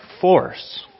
force